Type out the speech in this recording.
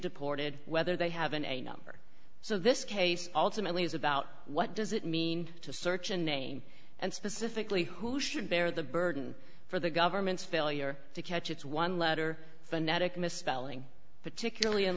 deported whether they have an a number so this case ultimately is about what does it mean to search a name and specifically who should bear the burden for the government's failure to catch its one letter phonetic misspelling particularly in